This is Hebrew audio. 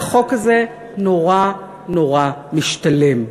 והחוק הזה נורא נורא משתלם.